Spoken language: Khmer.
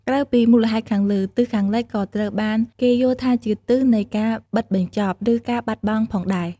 ក្រៅពីមូលហេតុខាងលើ ទិសខាងលិចក៏ត្រូវបានគេយល់ថាជាទិសនៃការបិទបញ្ចប់ ឬការបាត់បង់ផងដែរ។